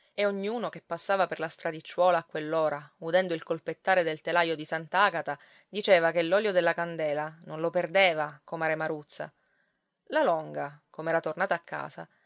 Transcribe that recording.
e ognuno che passava per la stradicciuola a quell'ora udendo il colpettare del telaio di sant'agata diceva che l'olio della candela non lo perdeva comare maruzza la longa com'era tornata a casa